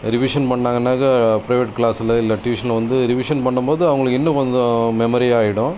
revision பண்ணாங்கனாக்கா private கிளாஸில் இல்ல ட்யூஷன்ல வந்து ரிவிஸன் பண்ணும்போது அவங்களுக்கு இன்னும் கொஞ்சம் மெமரியா ஆகிடும்